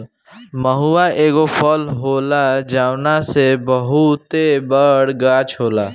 महुवा एगो फल होला जवना के बहुते बड़ गाछ होला